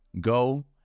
go